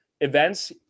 events